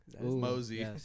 Mosey